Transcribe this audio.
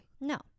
No